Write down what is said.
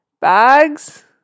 bags